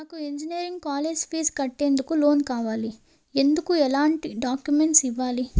నాకు engineering college fee కట్టేందుకు loan కావాలి, ఎందుకు ఎలాంటి డాక్యుమెంట్స్ ఇవ్వాలి?